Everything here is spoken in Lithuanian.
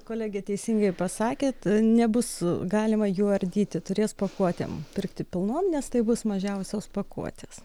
kolegė teisingai pasakėt nebus galima jų ardyti turės pakuotėm pirkti pilnom nes tai bus mažiausios pakuotės